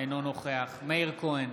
אינו נוכח מאיר כהן,